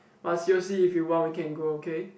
but seriously if you want we can go okay